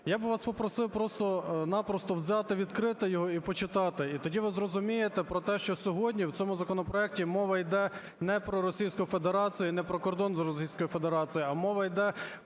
Я б вас попросив просто-напросто взяти відкрити його і почитати, і тоді ви зрозумієте про те, що сьогодні в цьому законопроекті мова йде не про Російську Федерацію і не про кордон з Російською Федерацією, а мова йде про